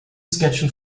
schedule